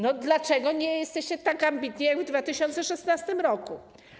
No dlaczego nie jesteście tak ambitni jak w 2016 r.